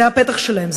זה הפתח שלהם,